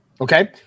Okay